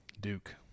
Duke